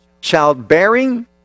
Childbearing